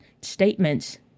statements